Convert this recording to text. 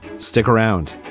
stick around